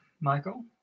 Michael